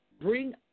bring